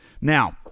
now